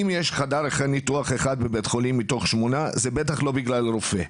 אם יש חדר ניתוח אחד בבית חולים מתוך שמונה זה בטח לא בגלל רופא.